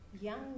Young